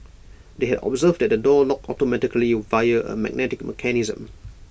they had observed that the door locked automatically via A magnetic mechanism